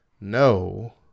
No